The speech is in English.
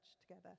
together